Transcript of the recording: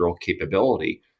capability